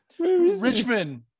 Richmond